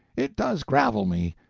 it does gravel me,